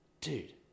dude